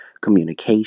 communication